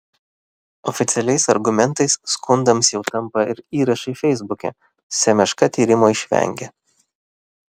oficialiais argumentais skundams jau tampa ir įrašai feisbuke semeška tyrimo išvengė